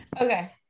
okay